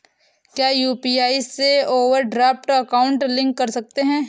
क्या यू.पी.आई से overdraft account link कर सकते हैं?